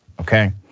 okay